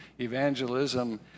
evangelism